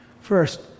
First